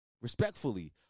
respectfully